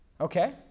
Okay